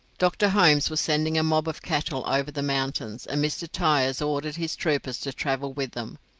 dr. holmes was sending a mob of cattle over the mountains, and mr. tyers ordered his troopers to travel with them,